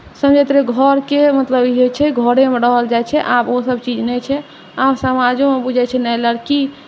समझैत रहै मतलब घरके मतलब ई होइत छै घरेमे रहल जाइत छै आब ओसभ चीज नहि छै आब समाजोमे बुझैत छै नहि लड़की